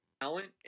talent